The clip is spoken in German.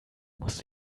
muss